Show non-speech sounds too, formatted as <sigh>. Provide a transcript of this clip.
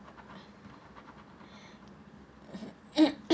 <coughs>